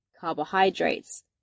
carbohydrates